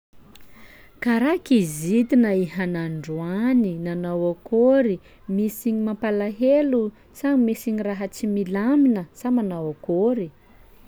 "Karaha kizitina iha nandroany, nanao akôry? Misy gny mampalahelo? Sa misy gny raha tsy milamina? Sa manao akôry?"